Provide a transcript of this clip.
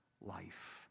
life